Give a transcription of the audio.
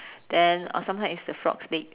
then uh sometime it's the frog's leg